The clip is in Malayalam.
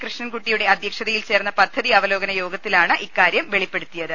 കൃഷ്ണൻകുട്ടിയുടെ അധ്യക്ഷത യിൽ ചേർന്ന പദ്ധതി അവലോകന യോഗത്തിലാണ് ഇക്കാര്യം വെളിപ്പെടുത്തിയത്